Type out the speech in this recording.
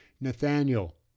Nathaniel